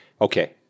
okay